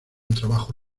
trabajo